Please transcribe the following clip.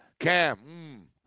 Cam